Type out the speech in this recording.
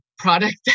Product